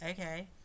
Okay